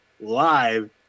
live